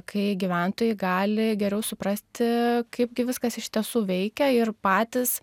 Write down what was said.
kai gyventojai gali geriau suprasti kaip gi viskas iš tiesų veikia ir patys